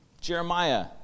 Jeremiah